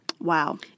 Wow